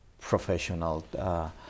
professional